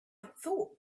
thought